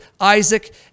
Isaac